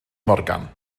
morgan